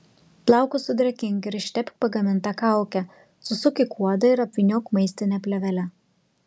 plaukus sudrėkink ir ištepk pagaminta kauke susuk į kuodą ir apvyniok maistine plėvele